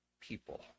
people